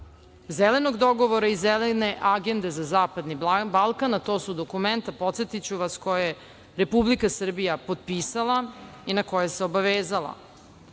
zelenog dogovora i Zelene agende za Zapadni Balkan, a to su dokumenta, podsetiću vas, koja je Republika Srbija potpisala i na koja se obavezala. Takođe,